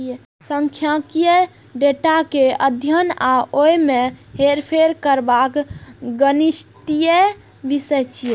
सांख्यिकी डेटा के अध्ययन आ ओय मे हेरफेर करबाक गणितीय विषय छियै